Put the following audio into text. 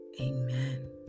Amen